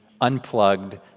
unplugged